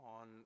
on